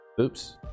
oops